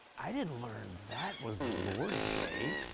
i didn't learn that was the lord's day.